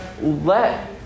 let